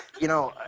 you know,